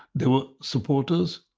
there were supporters,